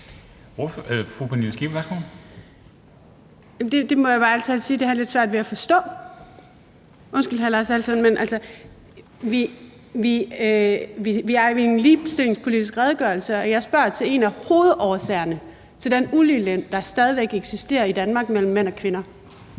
hr. Lars Aslan Rasmussen, vi står med en ligestillingspolitisk redegørelse, og jeg spørger til en af hovedårsagerne til den ulige løn, der stadig væk eksisterer i Danmark mellem mænd og kvinder.